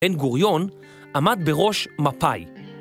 ...ן גוריון, עמד בראש מפא"י.